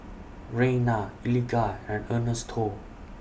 Rayna Eligah and Ernesto